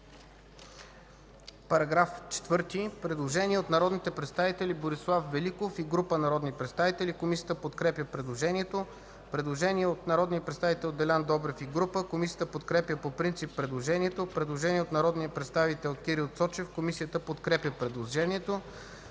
Параграф 4. Предложение от народния представител Борислав Великов и група народни представители. Комисията подкрепя предложението. Предложение от народния представител Делян Добрев и група народни представители. Комисията подкрепя по принцип предложението. Предложение от народния представител Кирил Цочев. Комисията подкрепя предложението.